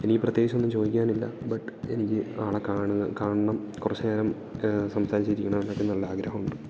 എനിക്ക് പ്രത്യേകിച്ച് ഒന്നും ചോദിക്കാനില്ല ബട്ട് എനിക്ക് ആളെ കാണുക കാണണം കുറച്ച് നേരം സംസാരിച്ചിരിക്കണം എന്നൊക്കെ നല്ല ആഗ്രഹം ഉണ്ട്